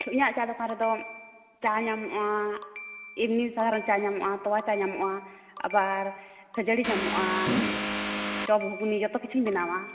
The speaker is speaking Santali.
ᱤᱧᱟᱜ ᱪᱟ ᱫᱚᱠᱟᱱ ᱨᱮᱫᱚ ᱪᱟ ᱧᱟᱢᱚᱜᱼᱟ ᱮᱢᱱᱤ ᱥᱟᱫᱷᱟᱨᱚᱱ ᱪᱟ ᱧᱟᱢᱚᱜᱼᱟ ᱛᱚᱣᱟ ᱪᱟ ᱧᱟᱢᱚᱜᱼᱟ ᱟᱵᱟᱨ ᱠᱷᱟᱹᱡᱟᱹᱲᱤ ᱧᱟᱢᱚᱜᱼᱟ ᱪᱚᱯ ᱜᱷᱩᱜᱽᱱᱤ ᱡᱚᱛᱚ ᱠᱤᱪᱦᱩᱧ ᱵᱮᱱᱟᱣᱟ